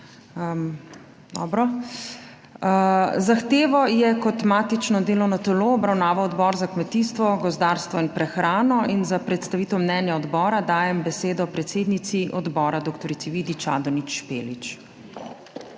Zahtevo je kot matično delovno telo obravnaval Odbor za kmetijstvo, gozdarstvo in prehrano. Za predstavitev mnenja odbora dajem besedo predsednici odbora dr. Vidi Čadonič Špelič.